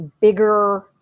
bigger